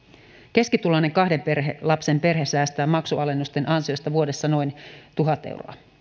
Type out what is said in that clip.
keskituloinen kahden lapsen perhe säästää maksualennusten ansiosta vuodessa noin tuhat euroa